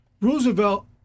Roosevelt